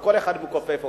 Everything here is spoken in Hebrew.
שכל אחד מכופף אותו,